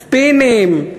הספינים,